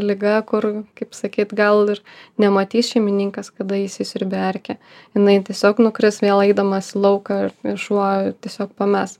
liga kur kaip sakyt gal ir nematys šeimininkas kada įsisiurbė erkė jinai tiesiog nukris vėl eidamas į lauką šuo tiesiog pames